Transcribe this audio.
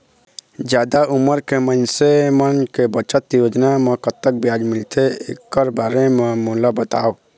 जादा उमर के मइनसे मन के बचत योजना म कतक ब्याज मिलथे एकर बारे म मोला बताव?